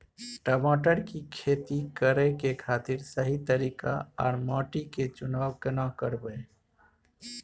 टमाटर की खेती करै के खातिर सही तरीका आर माटी के चुनाव केना करबै?